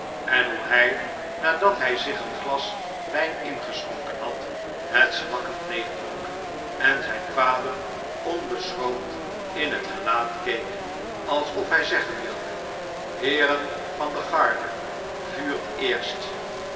en hoe hij nadat hij zich een glas wijn ingeschonken had het smakkend leegdronk en zijn vader onbeschroomd in het gelaat keek alsof hij zeggen wilde heeren van de garde vuurt eerst